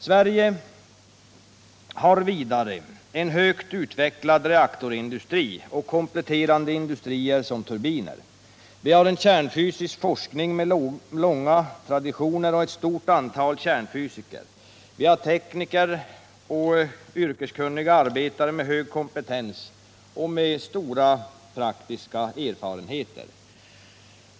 Sverige har vidare en högt utvecklad reaktorindustri och kompletterande industrier såsom turbintillverkning. Vi har en kärnfysisk forskning med långa traditioner och ett stort antal Kärnfysiker. Vi har tekniker och yrkeskunniga arbetare med hög kompetens och stora praktiska erfarenheter.